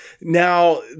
Now